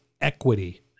equity